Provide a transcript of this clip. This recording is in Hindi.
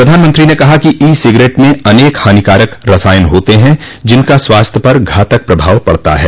प्रधानमंत्री ने कहा कि ई सिगरेट में अनेक हानिकारक रसायन होते हैं जिनका स्वास्थ्य पर घातक प्रभाव पड़ता है